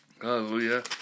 Hallelujah